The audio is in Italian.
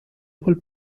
quel